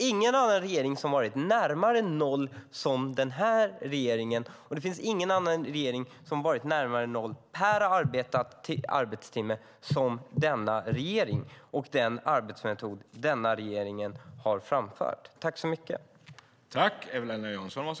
Ingen annan regering har varit närmare noll per arbetad timme. Ingen annan regerings arbetsmetod har varit effektivare.